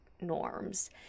norms